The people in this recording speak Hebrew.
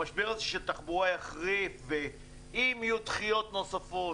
המשבר הזה של תחבורה יחריף ואם יהיו דחיות נוספות,